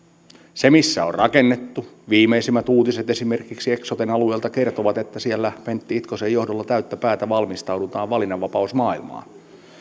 ja missä on rakennettu viimeisimmät uutiset esimerkiksi eksoten alueelta kertovat että siellä pentti itkosen johdolla täyttä päätä valmistaudutaan valinnanvapausmaailmaan